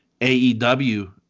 AEW